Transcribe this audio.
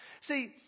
See